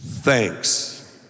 Thanks